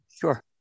sure